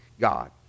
God